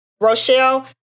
Rochelle